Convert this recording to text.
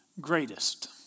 greatest